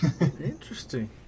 Interesting